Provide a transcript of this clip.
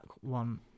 one